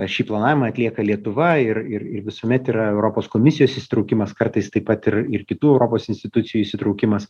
šį planavimą atlieka lietuva ir ir ir visuomet yra europos komisijos įsitraukimas kartais taip pat ir ir kitų europos institucijų įsitraukimas